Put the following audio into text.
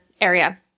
area